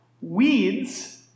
weeds